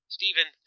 Stephen